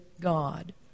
God